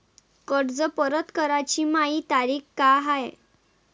कर्ज परत कराची मायी तारीख का हाय?